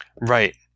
Right